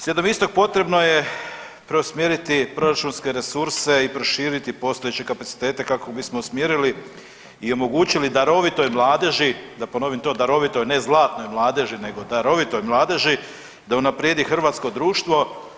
Slijedom istog potrebno je preusmjeriti proračunske resurse i proširiti postojeće kapacitete kako bismo usmjerili i omogućili darovitoj mladeži, da ponovim to, darovitoj ne zlatnoj mladeži nego darovitoj mladeži da unaprijedi hrvatsko društvo.